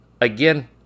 again